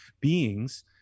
beings